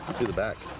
to the back